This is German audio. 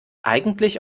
eigentlich